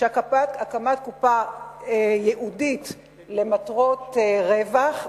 שהקמת קופה ייעודית למטרות רווח,